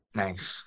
nice